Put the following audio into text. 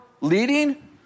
leading